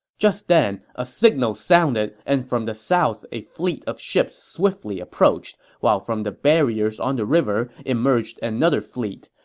just then, a signal sounded and from the south a fleet of ships swiftly approached, while from the barriers on the river emerged another squad.